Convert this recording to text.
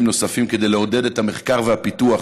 נוספים כדי לעודד את המחקר והפיתוח,